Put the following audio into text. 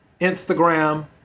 Instagram